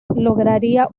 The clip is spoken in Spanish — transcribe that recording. lograría